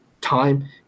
time